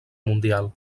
mundial